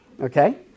Okay